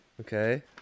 Okay